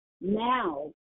Now